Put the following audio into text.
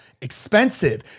expensive